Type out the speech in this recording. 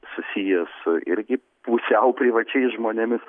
susijęs su irgi pusiau privačiais žmonėmis